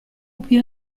più